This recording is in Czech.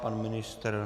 Pan ministr?